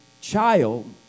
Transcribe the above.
child